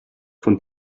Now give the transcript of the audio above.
von